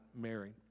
married